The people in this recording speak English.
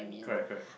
correct correct